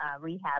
rehab